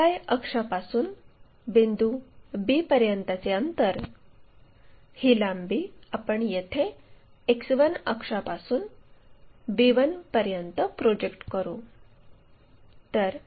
XY अक्षापासून बिंदू b पर्यंतचे अंतर ही लांबी आपण येथे X1 अक्षापासून b1 पर्यंत प्रोजेक्ट करू